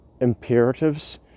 imperatives